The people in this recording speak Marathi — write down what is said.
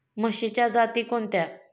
म्हशीच्या जाती कोणत्या?